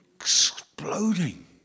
Exploding